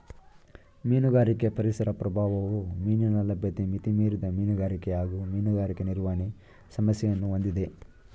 ಮೀನುಗಾರಿಕೆ ಪರಿಸರ ಪ್ರಭಾವವು ಮೀನಿನ ಲಭ್ಯತೆ ಮಿತಿಮೀರಿದ ಮೀನುಗಾರಿಕೆ ಹಾಗೂ ಮೀನುಗಾರಿಕೆ ನಿರ್ವಹಣೆ ಸಮಸ್ಯೆಯನ್ನು ಹೊಂದಿದೆ